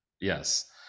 Yes